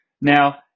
Now